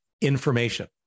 information